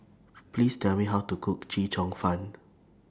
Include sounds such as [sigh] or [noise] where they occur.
[noise] Please Tell Me How to Cook Chee Cheong Fun